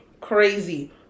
crazy